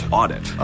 audit